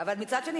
אבל מצד שני,